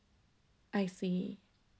I see